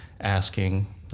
asking